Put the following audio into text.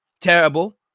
terrible